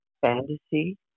fantasy